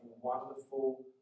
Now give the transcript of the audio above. wonderful